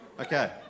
Okay